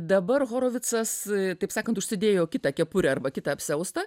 dabar horovicas taip sakant užsidėjo kitą kepurę arba kitą apsiaustą